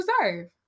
deserve